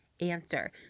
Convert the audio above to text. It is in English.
answer